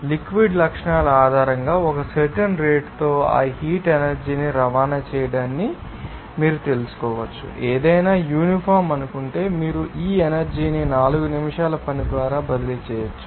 liquid లక్షణాల ఆధారంగా ఒక సర్టెన్ రేటుతో ఆ హీట్ ఎనర్జీ ని రవాణా చేయడాన్ని మీరు తెలుసుకోవచ్చు మరియు ఏదైనా యూనిఫాం అనుకుంటే మీరు ఈ ఎనర్జీ ని 4 నిమిషాల పని ద్వారా బదిలీ చేయవచ్చు